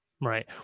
right